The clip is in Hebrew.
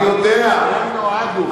הם נועדו.